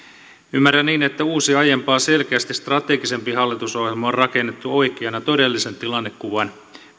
ymmärrän niin että uusi aiempaa selkeästi strategisempi hallitusohjelma on rakennettu oikean ja todellisen tilannekuvan